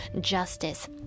justice